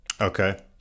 Okay